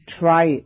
try